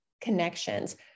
connections